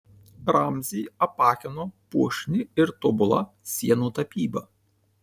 ramzį apakino puošni ir tobula sienų tapyba